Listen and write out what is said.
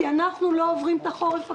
כי אנחנו לא עוברים את החורף הקרוב.